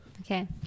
okay